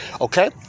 okay